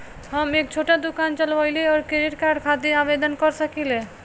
हम एक छोटा दुकान चलवइले और क्रेडिट कार्ड खातिर आवेदन कर सकिले?